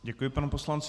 Děkuji panu poslanci.